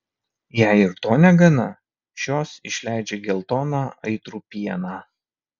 jei ir to negana šios išleidžia geltoną aitrų pieną